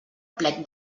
plec